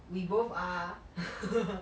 we both are